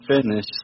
finish